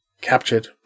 captured